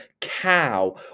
cow